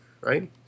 right